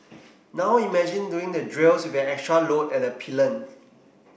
now imagine doing the drills with an extra load and a pillion